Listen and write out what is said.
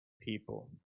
people